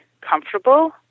comfortable